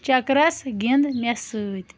checkers گِنٛد مےٚ سۭتۍ